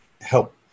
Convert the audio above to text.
help